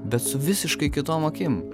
bet su visiškai kitom akim